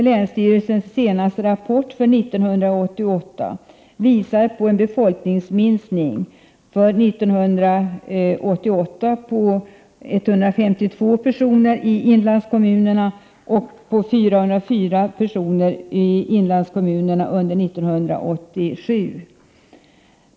Länsstyrelsens rapport visar på en befolkningsminskning för 1988 på 152 personer och för 1987 på 404 personer i inlandskommunerna.